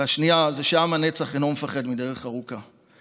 והשנייה, שעם הנצח אינו מפחד מדרך ארוכה.